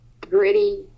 gritty